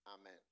Amen